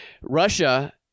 Russia